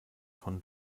von